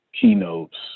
keynotes